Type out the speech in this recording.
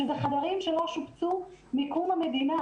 שזה חדרים שלא שופצו מקום המדינה,